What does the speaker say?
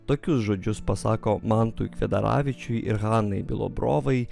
tokius žodžius pasako mantui kvedaravičiui ir hanai bilobrovai